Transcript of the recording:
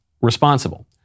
responsible